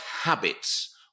habits